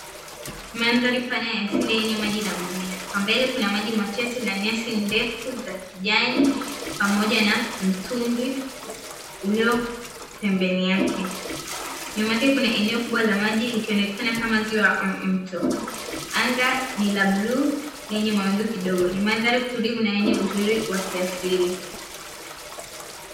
Mandhari pana ya asili maji na mimea, kwa mbele kuna maji machache na nyasi ndefu za kijani pamoja na mtubwi uliopembeni yake, nyuma yake kuna eneo kubwa la maji likionekana kama ziwa au mto anga ni la bluu lenye mawingu kidogo ni mandhari tulivu na yenye uzuri wa kiasili.